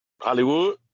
Hollywood